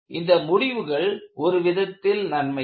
இந்த முடிவுகள் ஒரு விதத்தில் நன்மையே